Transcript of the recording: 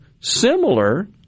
similar